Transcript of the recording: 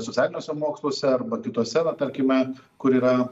socialiniuose moksluose arba kitose va tarkime kur yra